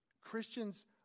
Christians